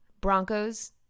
Broncos